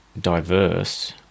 diverse